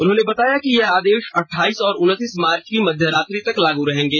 उन्होंने बताया कि यह आदेश अठाईस और उनतीस मार्च की मध्य रात्रि तक लागू रहेंगे